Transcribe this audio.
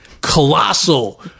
colossal